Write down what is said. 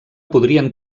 podrien